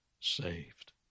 saved